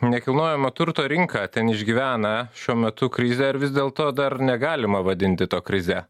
nekilnojamo turto rinka ten išgyvena šiuo metu krizę ar vis dėlto dar negalima vadinti to krize